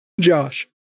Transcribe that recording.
Josh